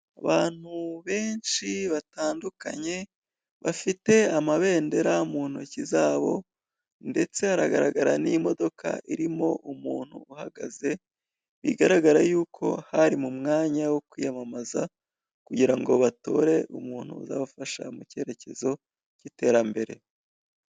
Abantu benshi batandukanye bafite amabendera mu ntoki zabo, ndetse hagaragara n'imodoka irimo umuntu uhagaze bigaragara y'uko hari mu mwanya wo kwiyamamaza kugira ngo batore umuntu uzabafasha mu cyerekezo k'iterambere.